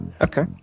Okay